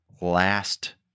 last